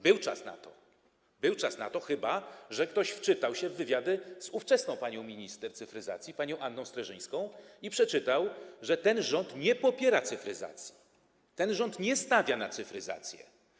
Był na to czas, chyba że ktoś wczytał się w wywiady z ówczesną minister cyfryzacji panią Anną Streżyńską i przeczytał, że ten rząd nie popiera cyfryzacji, ten rząd nie stawia na cyfryzację.